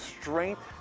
strength